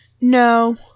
No